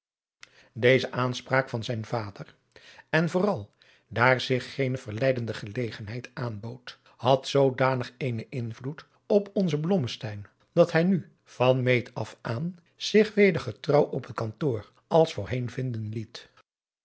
deze aanspraak van zijnen vader en vooral daar zich geene verleidende gelegenheid aanbood had zoodanig een invloed op onzen blommesteyn dat hij nu van meet af aan zich weder getrouw op het kantoor als voorheen vinden liet